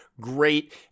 great